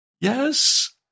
yes